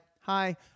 Hi